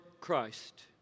Christ